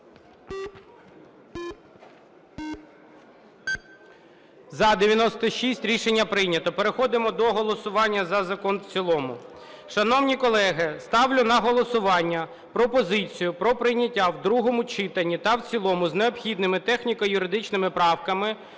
За-96 Рішення прийнято. Переходимо до голосування за закон в цілому. Шановні колеги, ставлю на голосування пропозицію про прийняття в другому читанні та в цілому з необхідними техніко-юридичними правками